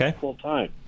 full-time